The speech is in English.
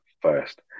first